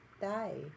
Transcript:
die